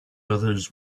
others